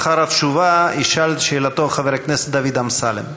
לאחר התשובה, ישאל את שאלתו חבר הכנסת דוד אמסלם.